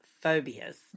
phobias